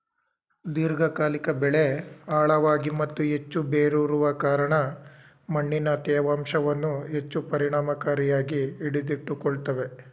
ದೀರ್ಘಕಾಲಿಕ ಬೆಳೆ ಆಳವಾಗಿ ಮತ್ತು ಹೆಚ್ಚು ಬೇರೂರುವ ಕಾರಣ ಮಣ್ಣಿನ ತೇವಾಂಶವನ್ನು ಹೆಚ್ಚು ಪರಿಣಾಮಕಾರಿಯಾಗಿ ಹಿಡಿದಿಟ್ಟುಕೊಳ್ತವೆ